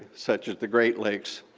such as the great lakes,